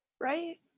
Right